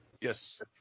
Yes